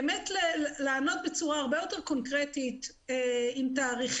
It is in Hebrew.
באמת לענות בצורה הרבה יותר קונקרטית עם תאריכים,